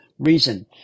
Reason